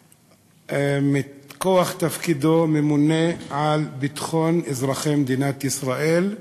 שמכוח תפקידו ממונה על ביטחון אזרחי מדינת ישראל,